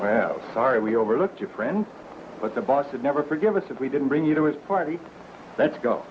have sorry we overlooked your friend but the boss had never forgive us if we didn't bring you to his party let's go